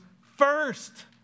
first